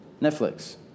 Netflix